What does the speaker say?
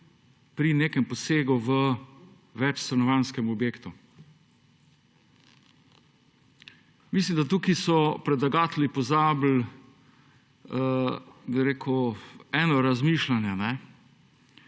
pri nekem posegu v večstanovanjskem objektu. Mislim, da tukaj so predlagatelji pozabili, bi rekel eno razmišljanje,